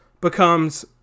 becomes